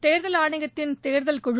தேர்தல் ஆணையத்தின் தேர்தல் குழு